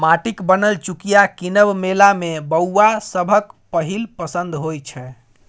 माटिक बनल चुकिया कीनब मेला मे बौआ सभक पहिल पसंद होइ छै